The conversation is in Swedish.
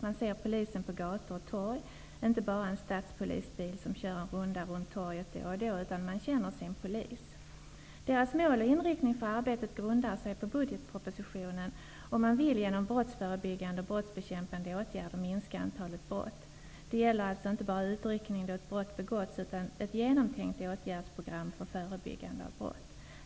Man ser polisen på gator och torg -- inte bara en stadspolisbil som då och då kör en runda runt torget, utan man känner sin polis. Målet och inriktningen på arbete grundar sig på budgetpropositionen, och man vill genom brottsförebyggande och brottsbekämpande åtgärder minska antalet brott. Det här gäller alltså inte bara utryckning då ett brott har begåtts utan det är fråga om ett genomtänkt åtgärdsprogram för förebyggande av brott.